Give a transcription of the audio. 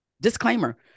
Disclaimer